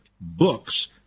books